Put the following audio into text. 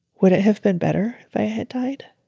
would it have been better if i had died?